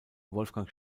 wolfgang